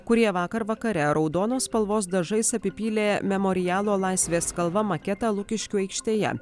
kurie vakar vakare raudonos spalvos dažais apipylė memorialo laisvės kalva maketą lukiškių aikštėje